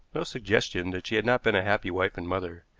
no suggestion that she had not been a happy wife and mother.